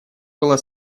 была